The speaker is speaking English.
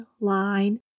line